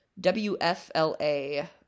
WFLA